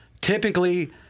Typically